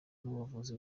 n’ubuvuzi